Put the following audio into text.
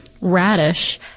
radish